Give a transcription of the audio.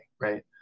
Right